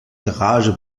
garage